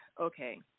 okay